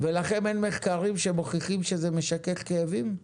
ולכם אין מחקרים שמוכיחים שזה משכך כאבים?